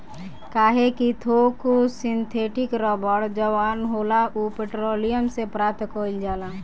काहे कि थोक सिंथेटिक रबड़ जवन होला उ पेट्रोलियम से प्राप्त कईल जाला